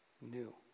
new